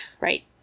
right